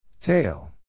Tail